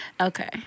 okay